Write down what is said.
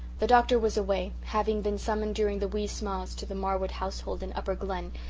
the doctor was away, having been summoned during the wee sma's to the marwood household in upper glen,